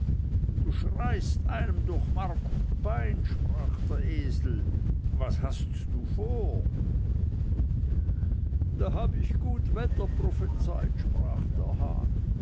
du schreist einem durch mark und bein sprach der esel was hast du vor da hab ich gut wetter prophezeit sprach der hahn